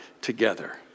together